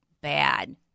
bad